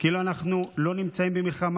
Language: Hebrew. כאילו אנחנו לא נמצאים במלחמה,